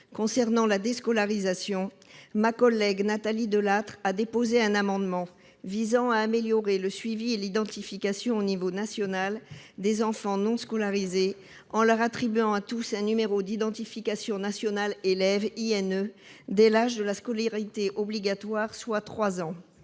concernant la déscolarisation, ma collègue Nathalie Delattre a déposé un amendement visant à améliorer le suivi et l'identification au niveau national des enfants non scolarisés en leur attribuant à tous un numéro d'identification national élève, l'INE, dès l'âge de la scolarité obligatoire, soit 3 ans.